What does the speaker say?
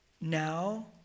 now